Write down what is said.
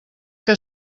que